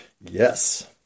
Yes